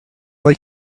like